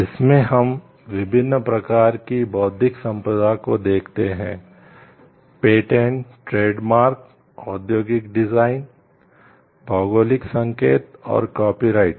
इसमें हम विभिन्न प्रकार की बौद्धिक संपदा को देखते हैं पेटेंट